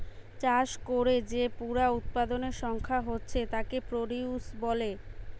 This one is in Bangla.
চাষ কোরে যে পুরা উৎপাদনের সংখ্যা হচ্ছে তাকে প্রডিউস বলে